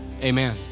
amen